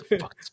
fuck